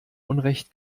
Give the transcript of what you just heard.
unrecht